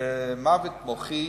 במוות מוחי